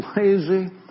lazy